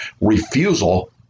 refusal